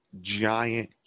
giant